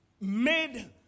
made